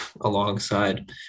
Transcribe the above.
alongside